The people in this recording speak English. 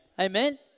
Amen